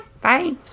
Bye